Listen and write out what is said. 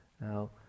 Now